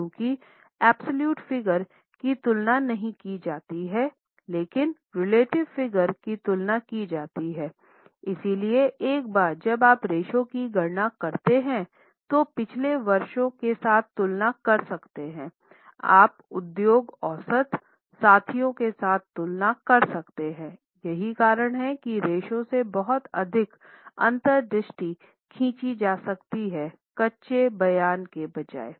क्योंकि absolute figure की तुलना की जाती है इसीलिए एक बार जब आप रेश्यो की गणना करते हैं तो पिछले वर्षों के साथ तुलना कर सकते हैं आप उद्योग औसत साथियों के साथ तुलना कर सकते हैं यही कारण है कि रेश्यो से बहुत अधिक अंतर्दृष्टि खींची जा सकती हैं कच्चे बयान के बजाए